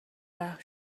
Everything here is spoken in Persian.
رحم